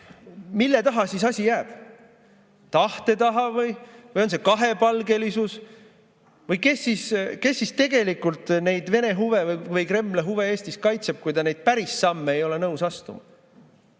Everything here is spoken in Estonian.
mille taha siis asi jääb? Tahte taha või? Või on see kahepalgelisus? Või kes siis tegelikult neid Vene huve või Kremli huve Eestis kaitseb, kui te neid päris samme ei ole nõus astuma?